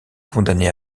condamné